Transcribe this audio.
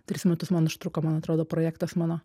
tris metus man užtruko man atrodo projektas mano